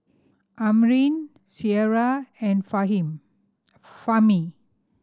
Amrin Syirah and Fahmi